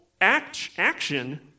action